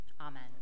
Amen